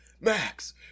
Max